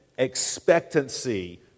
expectancy